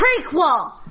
prequel